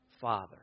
Father